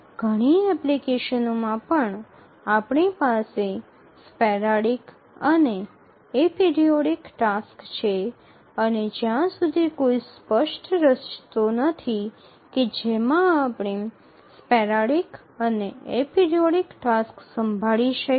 ઘણી એપ્લિકેશનોમાં પણ આપણી પાસે સ્પેરાડિક અને એપરિઓઇડિક ટાસક્સ છે અને ત્યાં કોઈ સ્પષ્ટ રસ્તો નથી કે જેમાં આપણે સ્પેરાડિક અને એપરિઓઇડિક ટાસક્સ સંભાળી શકીએ